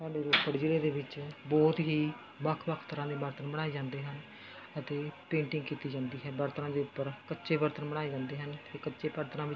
ਸਾਡੇ ਰੋਪੜ ਜ਼ਿਲ੍ਹੇ ਦੇ ਵਿੱਚ ਬਹੁਤ ਹੀ ਵੱਖ ਵੱਖ ਤਰ੍ਹਾਂ ਦੇ ਬਰਤਨ ਬਣਾਏ ਜਾਂਦੇ ਹਨ ਅਤੇ ਪੇਂਟਿੰਗ ਕੀਤੀ ਜਾਂਦੀ ਹੈ ਬਰਤਨਾਂ ਦੇ ਉੱਪਰ ਕੱਚੇ ਬਰਤਨ ਬਣਾਏ ਜਾਂਦੇ ਹਨ 'ਤੇ ਕੱਚੇ ਬਰਤਨਾਂ ਵਿੱਚ